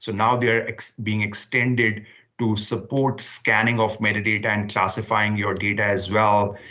so now they are being extended to support scanning of metadata and classifying your data as well.